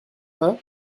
her